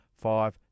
Five